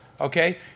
Okay